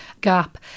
gap